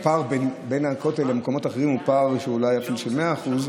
הפער בין הכותל למקומות אחרים הוא אולי פער של 100%,